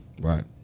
Right